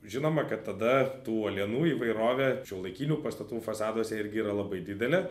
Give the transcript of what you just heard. žinoma kad tada tų uolienų įvairovė šiuolaikinių pastatų fasaduose irgi yra labai didelė